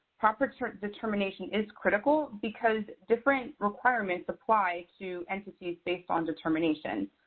proper sort of determination is critical because different requirements apply to entities based on determination.